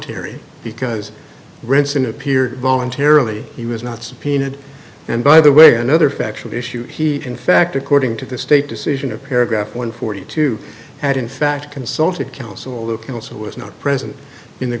voluntary because rents in appeared voluntarily he was not subpoenaed and by the way another factual issue he in fact according to the state decision of paragraph one forty two had in fact consulted counsel although counsel was not present in the